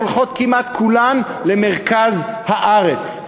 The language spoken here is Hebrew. הולכות כמעט כולן למרכז הארץ.